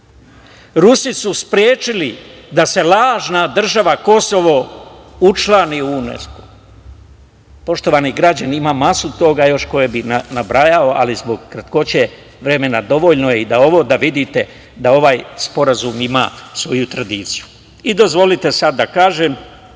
Rusi su sprečili da se lažna država Kosovo učlani u UNESKO. Poštovani građani imam masu toga koje bi nabrajao, ali zbog kratkoće vremena, dovoljno je i ovo, da vidite da ovaj sporazum ima svoju tradiciju. Dozvolite sada da kažem,